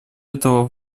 этого